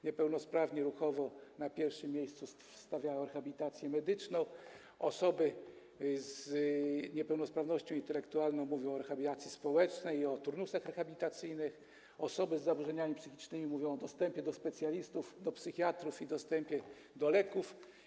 Niepełnosprawni ruchowo na pierwszym miejscu stawiają rehabilitację medyczną, osoby z niepełnosprawnością intelektualną mówią o rehabilitacji społecznej i o turnusach rehabilitacyjnych, osoby z zaburzeniami psychicznymi mówią o dostępie do specjalistów, psychiatrów i o dostępie do leków.